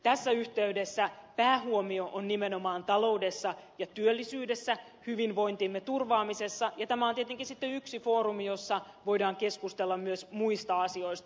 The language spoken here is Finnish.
tässä yhteydessä päähuomio on nimenomaan taloudessa ja työllisyydessä hyvinvointimme turvaamisessa ja tämä on tietenkin sitten yksi foorumi jolla voidaan keskustella myös muista asioista